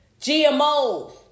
GMOs